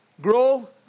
grow